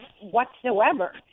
whatsoever